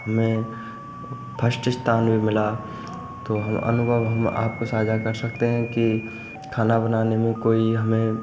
हमें फर्स्ट स्थान भी मिला तो हम अनुभव हम आपको साझा कर सकते हैं कि खाना बनाने में कोई हमें